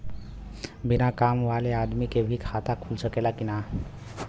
बिना काम वाले आदमी के भी खाता खुल सकेला की ना?